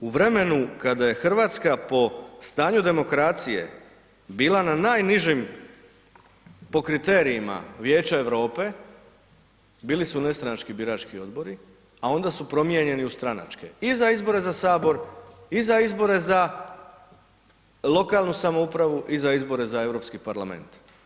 U vremenu kada je Hrvatska po stanju demokracije bila na najnižim, po kriterijima Vijeća Europe bili su nestranački birački odbori a onda su promijenjeni u stranačke i za izbore za Sabor i za izbore za lokalnu samoupravu i za izbore za Europski parlament.